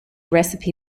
recipe